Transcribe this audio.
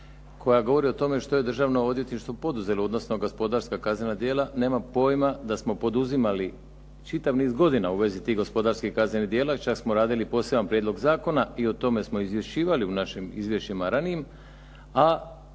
koja govori o tome što je Državno odvjetništvo poduzelo, odnosno gospodarska kaznena djela. Nemam pojma da smo poduzimali čitav niz godina u vezi tih gospodarskih kaznenih djela i čak smo radili poseban prijedlog zakona i o tome smo izvješćivali u našim izvješćima ranijim